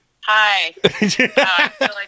hi